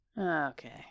Okay